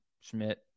Schmidt